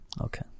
Okay